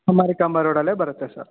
ಹಾಂ ಮಾರಿಕಾಂಬಾ ರೋಡಲ್ಲೇ ಬರುತ್ತೆ ಸರ್